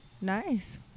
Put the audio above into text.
Nice